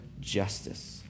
justice